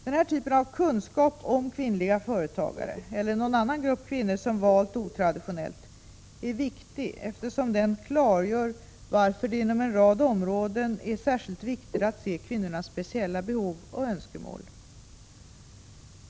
Den här typen av kunskap om kvinnliga företagare — eller någon annan grupp kvinnor som valt otraditionellt — är viktig, eftersom den klargör varför det inom en rad områden är särskilt viktigt att se kvinnors speciella behov och önskemål.